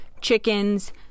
chickens